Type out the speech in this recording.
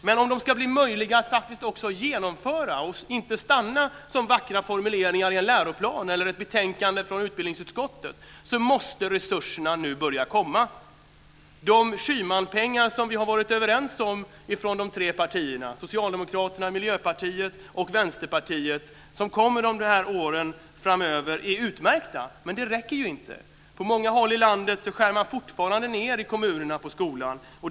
Men om de ska bli möjliga att faktiskt också genomföra och inte stanna som vackra formuleringar i en läroplan eller i ett betänkande från utbildningsutskottet måste resurserna börja komma nu. De Schymanpengar som våra tre partier, Socialdemokraterna, Miljöpartiet och Vänsterpartiet, har varit överens om och som kommer under åren framöver är utmärkta, men de räcker inte. På många håll i landet skär kommunerna fortfarande ned på skolan.